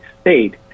state